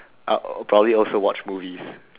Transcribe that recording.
uh probably also watch movies